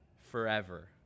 Forever